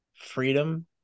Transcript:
freedom –